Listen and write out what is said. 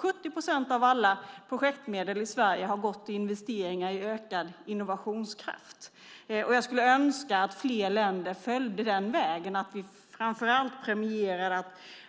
70 procent av alla projektmedel i Sverige har gått till investeringar i ökad innovationskraft. Jag skulle önska att fler länder följde den vägen och att vi framför allt premierar